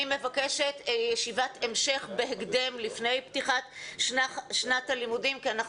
אני מבקשת ישיבת המשך בהקדם לפני פתיחת שנת הלימודים כי אנחנו